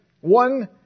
One